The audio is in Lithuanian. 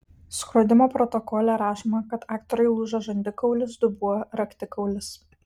skrodimo protokole rašoma kad aktoriui lūžo žandikaulis dubuo raktikaulis